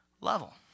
level